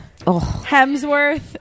Hemsworth